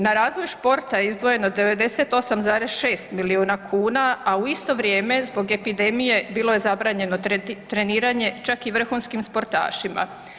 Na razvoj športa je izdvojeno 9,6 miliona kuna, a u isto vrijeme zbog epidemije bilo je zabranjeno treniranje čak i vrhunskim sportašima.